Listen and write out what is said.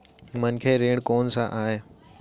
मनखे ऋण कोन स आय?